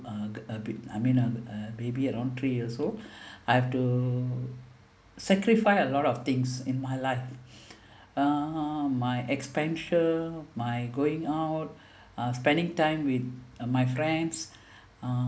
uh uh I mean uh baby around three years old I have to sacrifice a lot of things in my life my expenditure my going out uh spending time with uh my friends uh